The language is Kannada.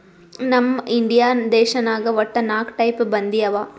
ನಮ್ ಇಂಡಿಯಾ ದೇಶನಾಗ್ ವಟ್ಟ ನಾಕ್ ಟೈಪ್ ಬಂದಿ ಅವಾ